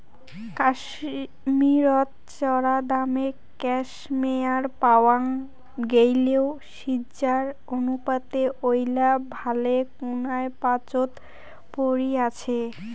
কাশ্মীরত চরাদামে ক্যাশমেয়ার পাওয়াং গেইলেও সিজ্জার অনুপাতে ঐলা ভালেকুনায় পাচোত পরি আচে